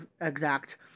exact